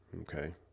Okay